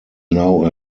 now